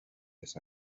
this